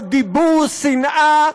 דיבור שנאה,